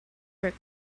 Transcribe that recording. work